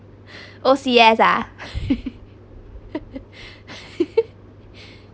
O_C_S ah